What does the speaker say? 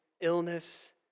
illness